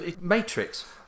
matrix